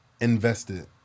Invested